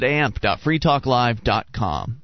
amp.freetalklive.com